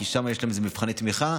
כי שם יש להם מבחני תמיכה,